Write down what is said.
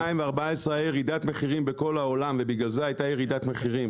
ב- 2014 הייתה ירידת מחירים בכל העולם ובגלל זה הייתה ירידת מחירים,